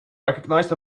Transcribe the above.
recognized